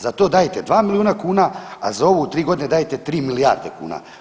Za to dajete 2 miliona kuna, a za ovo u 3 godine dajete 3 milijarde kuna.